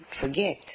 forget